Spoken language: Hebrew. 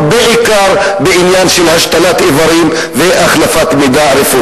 בעיקר בעניין של השתלת איברים והחלפת מידע רפואי.